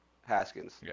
Haskins